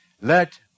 Let